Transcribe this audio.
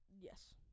Yes